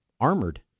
armored